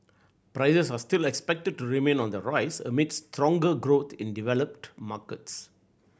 prices are still expected to remain on the rise amid stronger growth in developed markets